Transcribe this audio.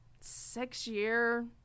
six-year